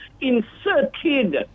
inserted